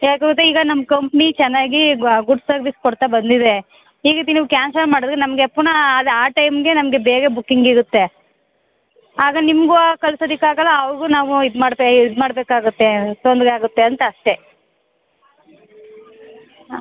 ಯಾಕ್ಗೊತ್ತೆ ಈಗ ನಮ್ಮ ಕಂಪ್ನಿ ಚೆನ್ನಾಗಿ ಗುಡ್ ಸರ್ವಿಸ್ ಕೊಡ್ತಾ ಬಂದಿದೆ ಈ ರೀತಿ ನೀವು ಕ್ಯಾನ್ಸಲ್ ಮಾಡಿದ್ರೆ ನಮಗೆ ಪುನಃ ಅದು ಆ ಟೈಮ್ಗೆ ನಮಗೆ ಬೇರೆ ಬುಕಿಂಗ್ ಇರುತ್ತೆ ಆಗ ನಿಮ್ಗೂ ಆ ಕಳ್ಸೊದಕ್ಕೆ ಆಗೋಲ್ಲ ಅವ್ರಿಗೂ ನಾವು ಇದ್ಮಾಡ್ತ ಇದ್ಮಾಡಬೇಕಾಗುತ್ತೆ ತೊಂದರೆಯಾಗುತ್ತೆ ಅಂತ ಅಷ್ಟೇ ಹಾಂ